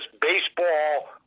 baseball